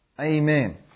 Amen